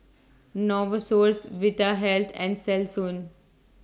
Novosource Vitahealth and Selsun